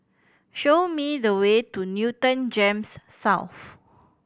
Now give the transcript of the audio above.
show me the way to Newton GEMS South